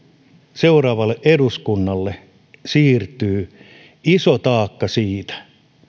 seuraavalle eduskunnalle siirtyy iso taakka siitä